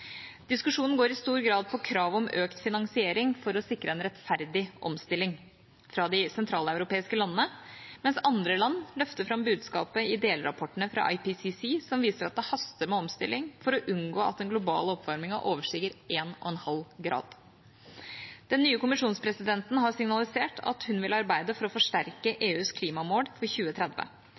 Diskusjonen går i stor grad på kravet om økt finansiering for å sikre en rettferdig omstilling fra de sentraleuropeiske landene, mens andre land løfter fram budskapet i delrapportene fra IPCC, som viser at det haster med omstilling for å unngå at den globale oppvarmingen overstiger 1,5 grader. Den nye kommisjonspresidenten har signalisert at hun vil arbeide for å forsterke EUs klimamål for 2030.